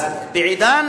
אז בעידן